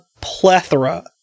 plethora